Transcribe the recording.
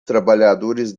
trabalhadores